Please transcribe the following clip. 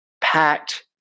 packed